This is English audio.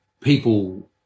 people